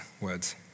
words